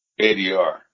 ADR